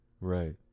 Right